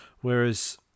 Whereas